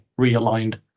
realigned